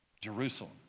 Jerusalem